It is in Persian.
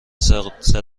صداقتم